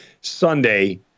Sunday